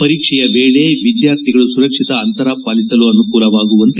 ಪರೀಕ್ಷೆಯ ವೇಳೆ ವಿದ್ವಾರ್ಥಿಗಳು ಸುರಕ್ಷಿತ ಅಂತರ ಪಾಲಿಸಲು ಅನುಕೂಲವಾಗುವಂತೆ